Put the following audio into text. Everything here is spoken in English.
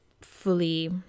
fully